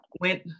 went